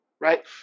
right